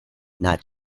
not